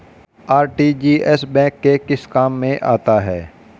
RTGS bank के किस काम में आता है?